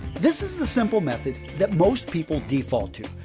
this is the simple method that most people default to.